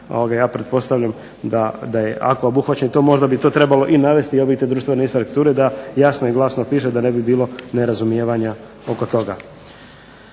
ja pretpostavljam da je, ako je obuhvaćeno to, možda bi to trebalo i navesti …/Govornik se ne razumije./… da jasno i glasno piše, da ne bi bilo nerazumijevanja oko toga,